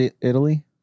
Italy